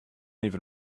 even